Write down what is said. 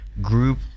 group